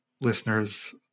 listeners